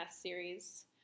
series